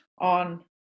on